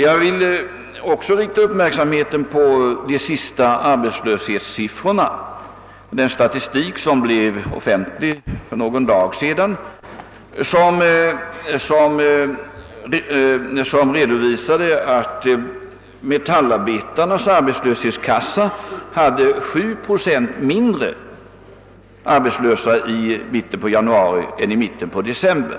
Jag vill också rikta uppmärksamheten på de senaste arbetslöshetssiffrorna, alltså den arbetslöshetsstatistik som offentliggjordes för bara någon dag sedan. Där redovisas att metallarbetarnas arbetslöshetskassa hade 7 procent färre arbetslösa i mitten av januari än i mitten på december.